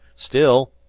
still